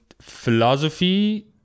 philosophy